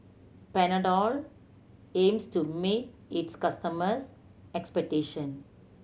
panadol aims to meet its customers' expectation